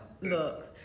look